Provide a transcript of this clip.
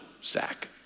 sack